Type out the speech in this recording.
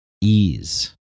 ease